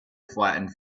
flattened